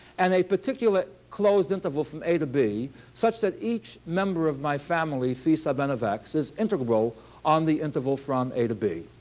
and a particular closed interval from a to b such that each member of my family phi sub n of x is integral on the interval from a to b.